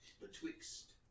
betwixt